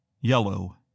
yellow